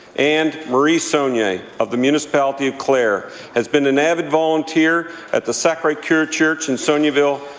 and marie saulnier of the municipality of clare has been an avid volunteer at the sacre-coeurs church in saulnierville,